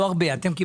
לא הרבה; אתם,